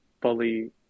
fully